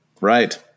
Right